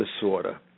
disorder